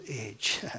age